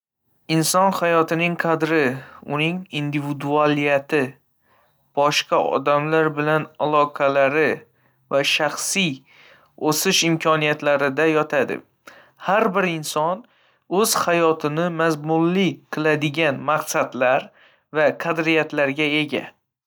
Inson hayotining qadri uning individualiyati, boshqa odamlar bilan aloqalari va shaxsiy o‘sish imkoniyatlarida yotadi. Har bir inson o‘z hayotini mazmunli qiladigan maqsadlar va qadriyatlarga ega.